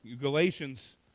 Galatians